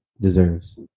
deserves